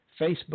Facebook